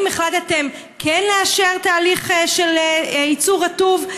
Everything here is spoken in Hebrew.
האם החלטתם כן לאפשר תהליך של ייצור רטוב?